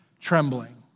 trembling